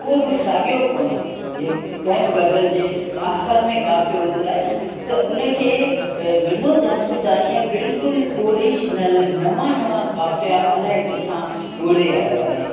को बि साॻियो कोन्हे जे कंहिं बि ग़ज़ल जे आख़िरि में काफ़ियो हूंदो आहे न त उन खे विनोद आसूदाणीअ बिल्कुलु ऑरिजनल नवां नवां काफ़िया अलाए किथां ॻोल्हे आयो आहे